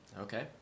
Okay